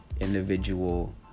individual